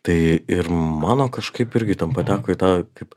tai ir mano kažkaip irgi ten pateko į tą kaip